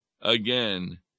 again